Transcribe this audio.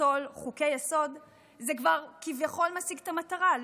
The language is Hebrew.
לפסול חוקי-יסוד זה כבר כביכול משיג את המטרה,